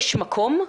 יש מקום?